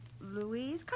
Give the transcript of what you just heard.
Louise